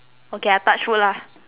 okay I touch wood lah